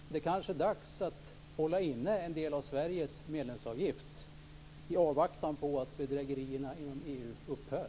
Det kanske är dags att hålla inne en del av Sveriges medlemsavgift i avvaktan på att bedrägerierna inom EU upphör.